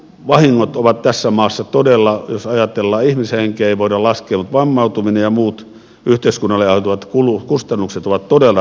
liikennevahingot ovat tässä maassa jos ajatellaan vammautumista ja muita yhteiskunnalle aiheutuvia kustannuksia ihmishenkiä ei voida laskea todella raskaat